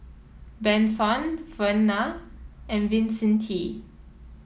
Benson Verna and Vicente